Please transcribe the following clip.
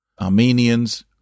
Armenians